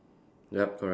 yup correct